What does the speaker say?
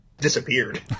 disappeared